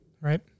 right